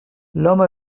l’homme